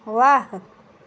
वाह